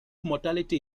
mortality